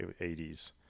80s